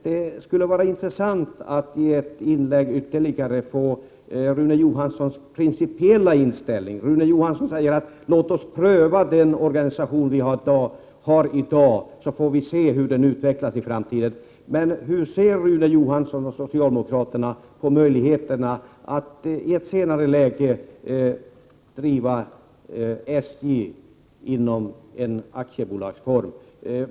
Det skulle vara intressant att i ett ytterligare inlägg av Rune Johansson få reda på hans principiella inställning. Rune Johansson säger: Låt oss pröva den organisation som SJ har i dag, så får vi se hur den utvecklas i framtiden. Men hur ser Rune Johansson och socialdemokraterna på möjligheten att i ett senare läge driva SJ inom aktiebolagsform?